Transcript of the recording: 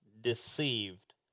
deceived